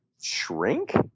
Shrink